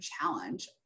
challenge